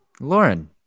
Lauren